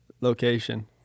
location